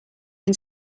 can